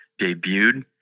debuted